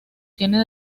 tiene